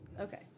Okay